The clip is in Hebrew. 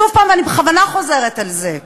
שוב, ואני בכוונה חוזרת על זה,